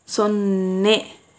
ಸೊನ್ನೆ